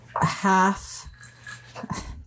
half